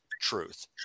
truth